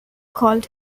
called